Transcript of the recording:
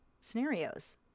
scenarios